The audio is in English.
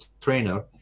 trainer